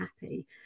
happy